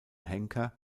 henker